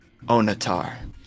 Onatar